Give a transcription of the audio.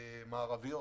מערביות